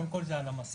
קדם כול, זה על המסמך.